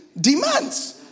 demands